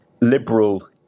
liberal